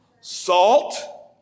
Salt